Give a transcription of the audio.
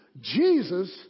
Jesus